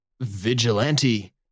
Vigilante